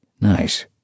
Nice